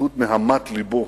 בזכות נהמת לבו,